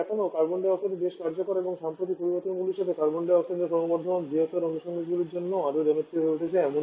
তবে এখনও carbon dioxide বেশ কার্যকর এবং সাম্প্রতিক পরিবর্তনগুলির সাথে কার্বন ডাই অক্সাইড ক্রমবর্ধমান বৃহত্তর অনুষঙ্গগুলির জন্য আরও জনপ্রিয় হয়ে উঠছে